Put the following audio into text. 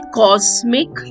cosmic